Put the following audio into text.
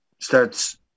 starts